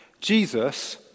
Jesus